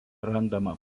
randama